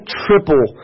triple